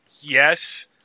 Yes